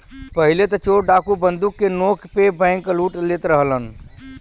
पहिले त चोर डाकू बंदूक के नोक पे बैंकलूट लेत रहलन